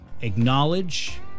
acknowledge